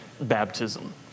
baptism